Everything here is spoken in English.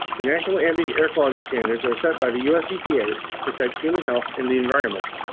the national ambient air quality standards are set by the us epa to protect human health and the environment.